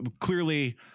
clearly